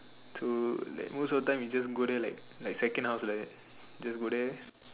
so like most of the time you just go here like second half like that you just go there